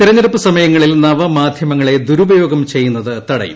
തെരഞ്ഞെടുപ്പ് സമയങ്ങളിൽ നവമാധ്യമങ്ങളെ ദുരുപയോഗു ചെയ്യുന്നത് തടയും